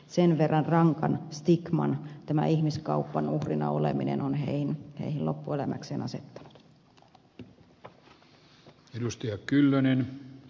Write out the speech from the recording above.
sen verran rankan stigman tämä ihmiskaupan uhrina oleminen on heihin loppuelämäkseen asettanut